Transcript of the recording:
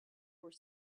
were